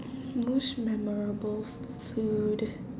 most memorable food